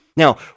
Now